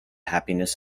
happiness